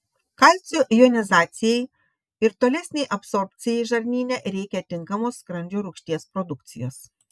kalcio jonizacijai ir tolesnei absorbcijai žarnyne reikia tinkamos skrandžio rūgšties produkcijos